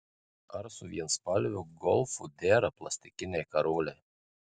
ar su vienspalviu golfu dera plastikiniai karoliai